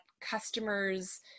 customers